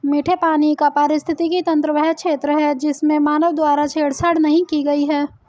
मीठे पानी का पारिस्थितिकी तंत्र वह क्षेत्र है जिसमें मानव द्वारा छेड़छाड़ नहीं की गई है